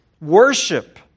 worship